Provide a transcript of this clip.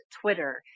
Twitter